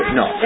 no